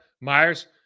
Myers